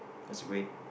that's a great